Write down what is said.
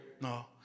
no